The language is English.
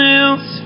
else